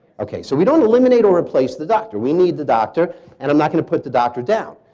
okay. so we don't eliminate or replace the doctor. we need the doctor and i'm not going to put the doctor down.